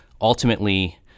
ultimately